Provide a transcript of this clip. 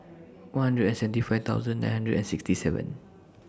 one hundred and seventy five thousand nine hundred and sixty seven